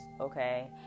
okay